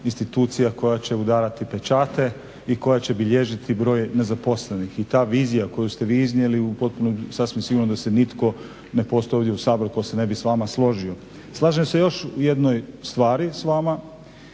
institucija koja će udarati pečate i koja će bilježiti broj nezaposlenih. I ta vizija koju ste vi iznijeli sasvim sigurno da se nitko, ne postoji ovdje u Saboru tko se ne bi s vama složio. Slažem se još u jednoj stvari s vama